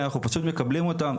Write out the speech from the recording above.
אנחנו פשוט מקבלים אותם,